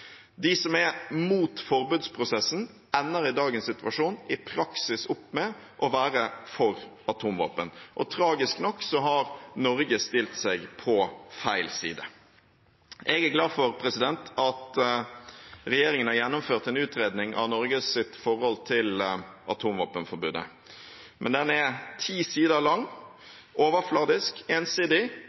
De som er imot forbudsprosessen, ender i dagens situasjon i praksis opp med å være for atomvåpen – og tragisk nok har Norge stilt seg på feil side. Jeg er glad for at regjeringen har gjennomført en utredning av Norges forhold til atomvåpenforbudet. Men den er ti sider lang, overfladisk og ensidig.